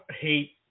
hate